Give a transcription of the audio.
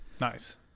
Nice